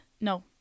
no